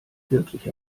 wirklich